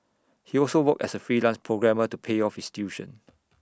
he also worked as A freelance programmer to pay off his tuition